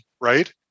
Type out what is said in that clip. right